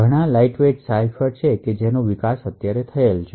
ઘણા lightweight cipher છે જેનો વિકાસ થયો છે